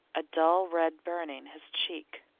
a dull red burning his cheek.